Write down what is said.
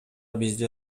бизди